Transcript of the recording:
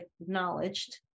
acknowledged